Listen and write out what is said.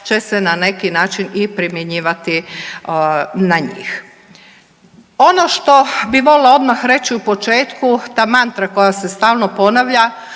će se na neki način i primjenjivati na njih. Ono što bi volila odmah reći u početku, te mantre koja se stalno ponavlja,